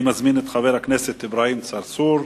אני מזמין את חבר הכנסת אברהים צרצור,